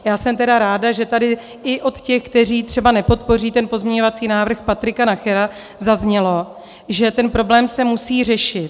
Já jsem ráda, že tady i od těch, kteří třeba nepodpoří pozměňovací návrh Patrika Nachera, zaznělo, že ten problém se musí řešit.